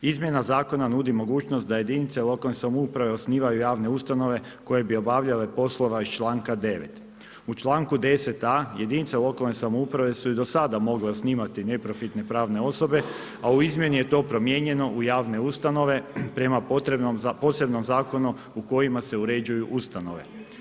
Izmjena zakona nudi mogućnost da jedinice lokalne samouprave osnivaju javne ustanove koje bi obavljale poslove iz članka 9. U članku 10.a jedinice lokalne samouprave su i do sada mogle osnivati neprofitne pravne osobe a u izmjeni je to promijenjeno u javne ustanove prema potrebnom posebnom zakonu u kojima se uređuju ustanove.